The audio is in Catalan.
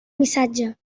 missatge